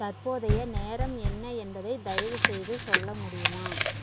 தற்போதைய நேரம் என்ன என்பதை தயவுசெய்து சொல்ல முடியுமா